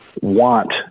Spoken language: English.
want